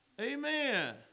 Amen